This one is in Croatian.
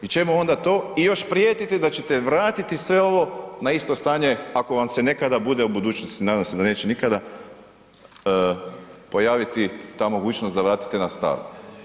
I čemu onda to i još prijetite da ćete vratiti sve ovo na isto stanje ako vam se nekada bude u budućnosti, nadam se da neće nikada, pojaviti ta mogućnost da vratite na staro.